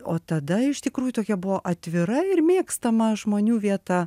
o tada iš tikrųjų tokia buvo atvira ir mėgstama žmonių vieta